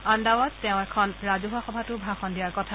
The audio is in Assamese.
আন্দাৱাত তেওঁ এখন ৰাজহুৱা সভাতো ভাষণ দিয়াৰ কথা